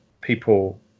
people